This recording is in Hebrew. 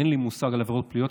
אין לי מושג על עבירות פליליות.